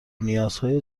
نیازهای